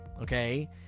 Okay